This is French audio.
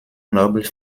noble